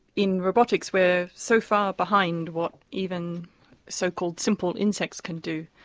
in robotics we are so far behind what even so-called simple insects can do,